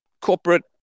corporate